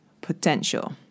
potential